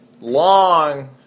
long